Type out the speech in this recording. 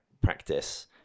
practice